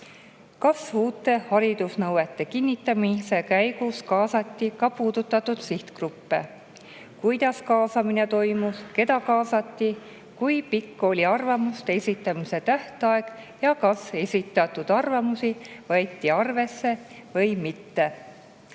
Kas uute haridusnõuete kinnitamise käigus kaasati ka puudutatud sihtgruppe? Kuidas kaasamine toimus, keda kaasati, kui pikk oli arvamuste esitamise tähtaeg ja kas esitatud arvamusi võeti arvesse või mitte?